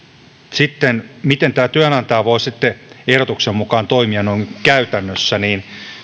sitten miten tämä työnantaja voisi ehdotuksen mukaan toimia noin käytännössä niin